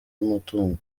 amatungo